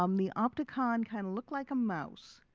um the opticon kind of looked like a mouse,